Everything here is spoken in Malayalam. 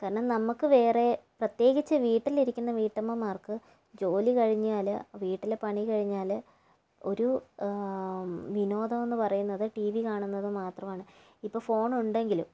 കാരണം നമ്മൾക്ക് വേറെ പ്രത്യേകിച്ച് വീട്ടിലിരിക്കുന്ന വീട്ടമ്മമാര്ക്ക് ജോലി കഴിഞ്ഞാല് വീട്ടിലെ പണി കഴിഞ്ഞാല് ഒരു വിനോദം എന്ന് പറായുന്നത് ടി വി കാണുന്നത് മാത്രമാണ് ഇപ്പോൾ ഫോണ് ഉണ്ടെങ്കിലും